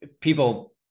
people